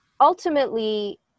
ultimately